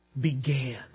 began